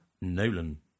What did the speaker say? Nolan